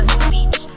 speech